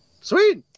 sweet